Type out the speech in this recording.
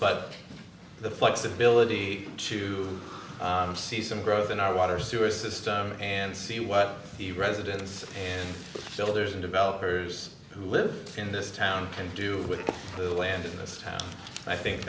but the flexibility to see some growth in our water sewer system and see what the residents builders and developers who live in this town can do with the land at this time i think